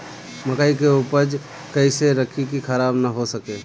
मकई के उपज कइसे रखी की खराब न हो सके?